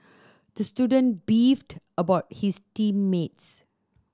the student beefed about his team mates